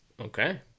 Okay